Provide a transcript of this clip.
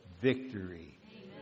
victory